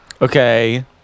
Okay